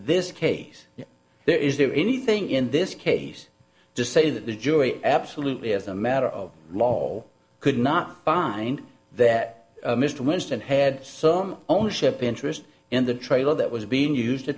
this case there is there anything in this case to say that the jury absolutely as a matter of law could not find that mr winston had some ownership interest in the trailer that was being used to